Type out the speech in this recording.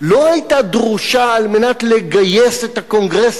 לא היתה דרושה על מנת לגייס את הקונגרס